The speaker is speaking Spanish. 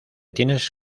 tienes